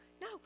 No